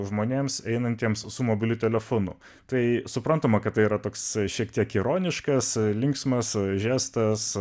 žmonėms einantiems su mobiliu telefonu tai suprantama kad tai yra toks šiek tiek ironiškas linksmas gestas